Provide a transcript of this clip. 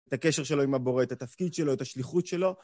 את הקשר שלו עם הבורא, את התפקיד שלו, את השליחות שלו.